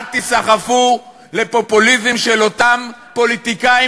אל תיסחפו לפופוליזם של אותם פוליטיקאים